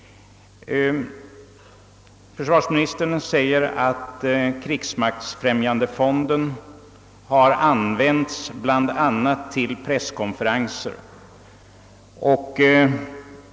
Försvarsministern = bekräftade att krigsmaktsfrämjandefonden har använts bl.a. för att finansiera presskonferenser.